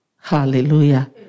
Hallelujah